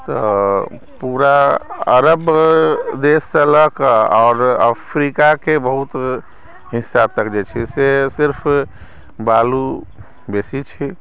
तऽ पूरा अरब देशसँ लऽ कऽ आओर अफ्रिकाके बहुत हिस्सा तक जे छै से सिर्फ बालू बेसी छै